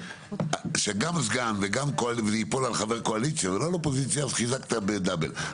שגם סגן וזה ייפול על חבר קואליציה ולא על אופוזיציה אז חיזקת בדאבל,